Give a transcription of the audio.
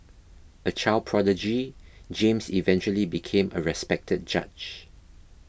a child prodigy James eventually became a respected judge